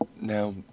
Now